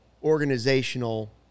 organizational